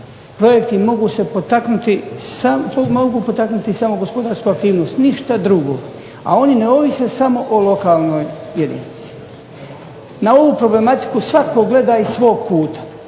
potaknuti, mogu potaknuti samo gospodarsku aktivnost ništa drugo, a oni ne ovise samo o lokalnoj jedinici. Na ovu problematiku svatko gleda iz svog kuta.